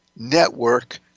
network